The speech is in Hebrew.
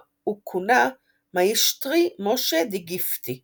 בוויכוח ברצלונה הוא כונה מאישטרי משה די גיפטי.